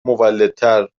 مولدتر